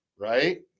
right